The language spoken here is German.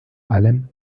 allem